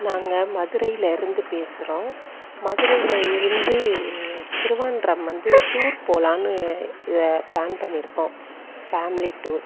நாங்கள் மதுரையில் இருந்து பேசுகிறோம் மதுரையில் இருந்து திருவான்ரம் வந்து டூர் போகலாம்னு பிளான் பண்ணியிருக்கோம் ஃபேம்லி டூர்